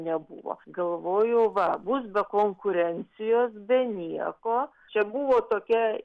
nebuvo galvoju va bus be konkurencijos be nieko čia buvo tokia